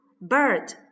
bird